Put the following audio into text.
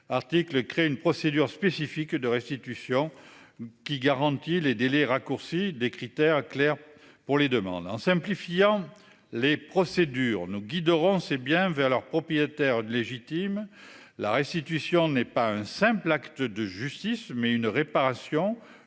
article crée une procédure spécifique de restitution qui garantit les délais raccourcis des critères clairs pour les demandes en simplifiant les procédures nous guideront c'est bien vers leurs propriétaires légitimes la restitution n'est pas un simple acte de justice mais une réparation.